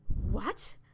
What